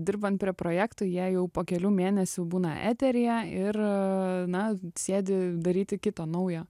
dirbant prie projektų jie jau po kelių mėnesių būna eteryje ir na sėdi daryti kito naujo